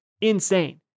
insane